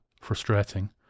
frustrating